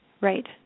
right